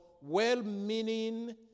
well-meaning